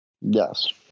Yes